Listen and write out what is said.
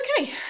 Okay